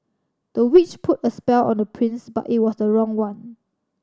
the witch put a spell on the prince but it was the wrong one